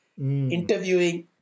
interviewing